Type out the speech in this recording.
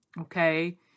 okay